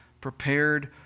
prepared